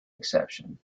exception